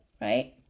right